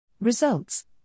Results